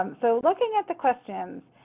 um so looking at the questions,